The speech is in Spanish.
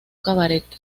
cabaret